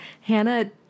Hannah